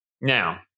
Now